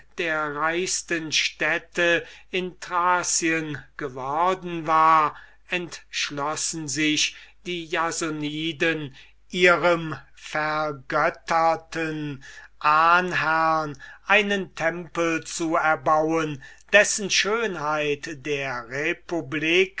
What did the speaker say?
der reichsten städte in thracien geworden war entschlossen sich die jasoniden ihrem vergötterten ahnherrn einen tempel zu erbauen dessen schönheit der republik